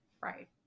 Right